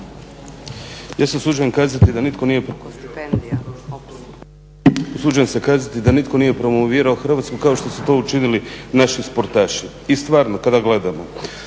usuđujem se kazati da nitko nije promovirao Hrvatsku kao što su to učinili naši sportaši. I stvarno kada gledamo,